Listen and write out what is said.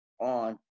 on